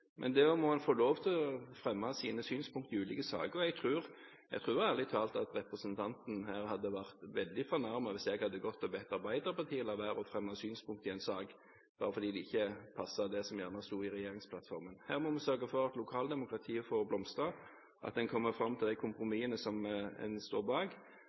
Men der også må en få lov til å fremme sine synspunkt i ulike saker. Jeg tror ærlig talt at representanten her hadde vært veldig fornærmet hvis jeg hadde gått og bedt Arbeiderpartiet la være å fremme synspunkt i en sak bare fordi det ikke passet til det som sto i regjeringsplattformen. Her må vi sørge for at lokaldemokratiet får blomstre, og at en kommer fram til de kompromissene som en står bak.